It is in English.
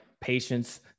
patience